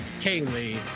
Kaylee